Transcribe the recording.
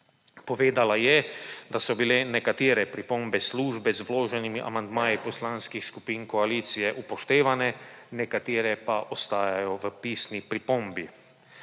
Povedala je, da so bile nekatere pripombe službe z vloženimi amandmaji poslanskih skupin koalicije upoštevane, nekatere pa ostajajo v pisni pripombi.